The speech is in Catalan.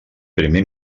primer